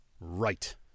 Right